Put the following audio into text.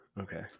okay